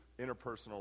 interpersonal